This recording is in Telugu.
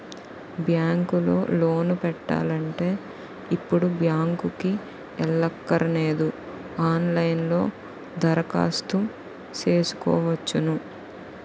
బ్యాంకు లో లోను పెట్టాలంటే ఇప్పుడు బ్యాంకుకి ఎల్లక్కరనేదు ఆన్ లైన్ లో దరఖాస్తు సేసుకోవచ్చును